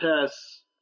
tests